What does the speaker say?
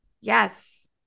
Yes